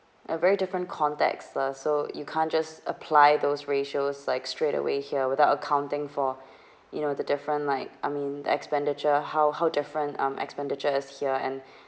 a very different context lah so you can't just apply those ratios like straightaway here without accounting for you know the different like I mean the expenditure how how different um expenditure is here and